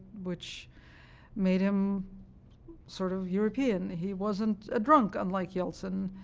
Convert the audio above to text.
which made him sort of european. he wasn't a drunk, unlike yeltsin,